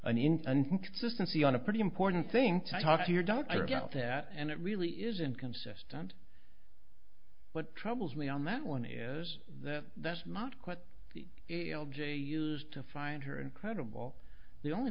see on a pretty important thing talk to your doctor about that and it really is inconsistent what troubles me on that one is the that's not quite used to find her incredible the only